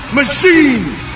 machines